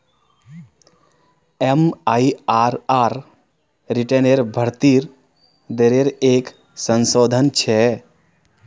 MIRR रिटर्नेर भीतरी दरेर एक संशोधन छे